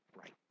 right